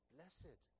Blessed